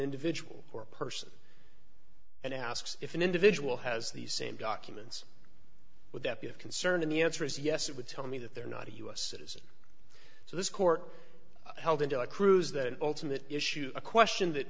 individual or person and asks if an individual has the same documents would that be of concern in the answer is yes it would tell me that they're not a u s citizen so this court held into a cruise that ultimate issue a question that